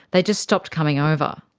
they just stopped coming over.